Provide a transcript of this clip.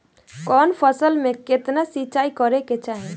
कवन फसल में केतना सिंचाई करेके चाही?